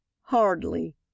Hardly